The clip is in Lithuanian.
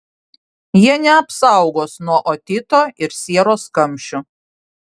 jie neapsaugos nuo otito ir sieros kamščių